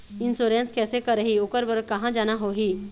Insurance कैसे करही, ओकर बर कहा जाना होही?